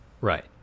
Right